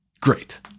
great